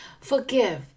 Forgive